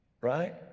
Right